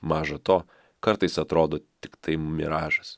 maža to kartais atrodo tiktai miražas